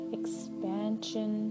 expansion